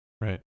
Right